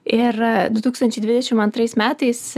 ir a du tūkstančiai dvidešim antrais metais